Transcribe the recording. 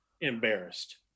embarrassed